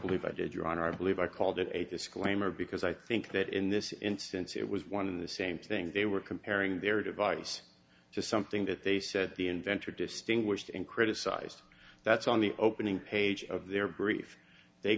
believe i did your honor i believe i called it a disclaimer because i think that in this instance it was one of the same things they were comparing their device to something that they said the inventor distinguished and criticized that's on the opening page of their brief they